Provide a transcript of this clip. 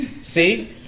See